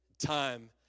Time